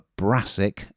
Brassic